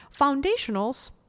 Foundationals